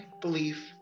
belief